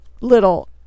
little